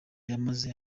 yamaze